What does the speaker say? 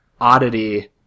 oddity